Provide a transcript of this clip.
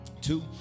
Two